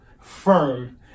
firm